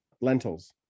lentils